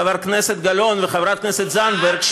חברת הכנסת גלאון וחברת הכנסת זנדברג,